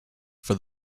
for